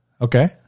Okay